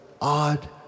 odd